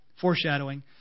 Foreshadowing